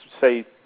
say